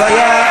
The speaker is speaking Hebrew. אז היה,